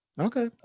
Okay